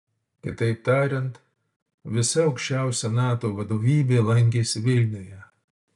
kitaip tariant visa aukščiausia nato vadovybė lankėsi vilniuje